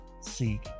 seek